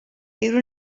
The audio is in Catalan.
era